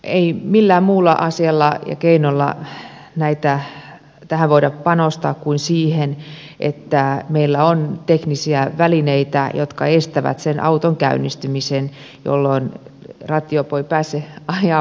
ei millään muulla asialla tai keinolla tähän voida panostaa kuin sillä että meillä on teknisiä välineitä jotka estävät auton käynnistymisen jolloin rattijuoppo ei pääse ajamaan sitä autoa